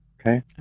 Okay